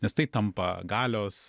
nes tai tampa galios